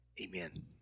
Amen